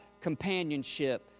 companionship